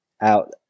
out